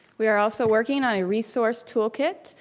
we are also working on a resource toolkit.